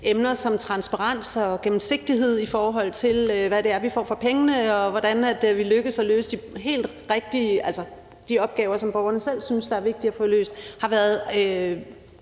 emner som transparens og gennemsigtighed, i forhold til hvad det er, vi får for pengene, og hvordan vi lykkes med at løse de opgaver, som borgerne selv synes det er vigtigt at få løst, har været